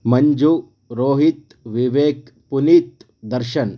Manju Rohit Vivek Puneet Darshan